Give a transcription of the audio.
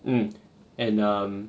mm and um